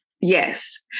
Yes